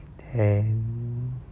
then